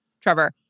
Trevor